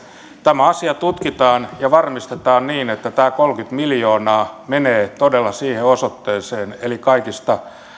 tämä asia tutkitaan ja varmistetaan niin että tämä kolmekymmentä miljoonaa menee todella siihen osoitteeseen eli kaikista eniten